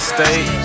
State